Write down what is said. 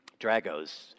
Dragos